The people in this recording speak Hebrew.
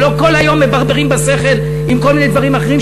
ולא כל היום מברברים בשכל עם כל מיני דברים אחרים,